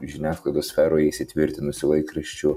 žiniasklaidos sferoje įsitvirtinusių laikraščių